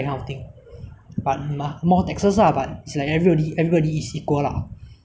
so we need something that can benefit a lot of old people ah especially in singapore we have a